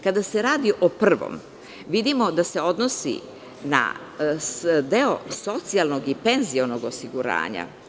Kada se radi o prvom, vidimo da se odnosi na deo socijalnog i penzionog osiguranja.